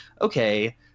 okay –